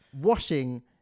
Washing